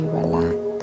relax